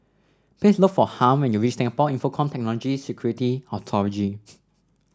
please look for Harm when you reach Singapore Infocomm Technology Security Authority